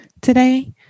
today